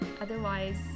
Otherwise